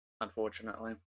Unfortunately